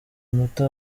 muto